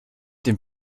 dem